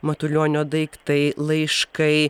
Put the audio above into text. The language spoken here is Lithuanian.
matulionio daiktai laiškai